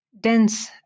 dense